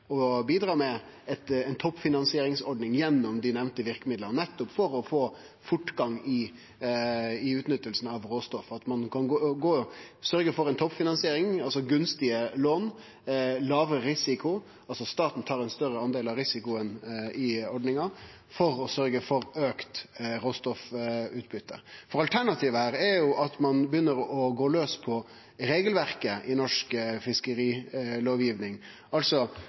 bidra med ei toppfinansieringsordning gjennom dei nemnde verkemidla nettopp for å få fortgang i utnyttinga av råstoff – sørgje for ei toppfinansiering, altså gunstige lån og lågare risiko, slik at staten tar ein større del av risikoen i ordninga, for å sørgje for auka råstoffutbytte. Alternativet er jo at ein begynner å gå laus på regelverket i norsk